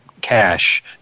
cash